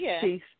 Peace